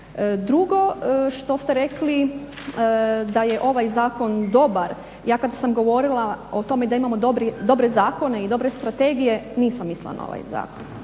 Drugo, što ste rekli da je ovaj zakon dobar. Ja kada sam govorila o tome da imamo dobre zakona i dobre strategije nisam misla na ovaj zakon.